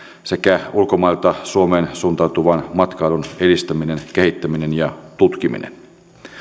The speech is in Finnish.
sekä ulkomailta suomeen suuntautuvan matkailun edistäminen kehittäminen ja tutkiminen